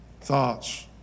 thoughts